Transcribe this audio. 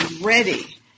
ready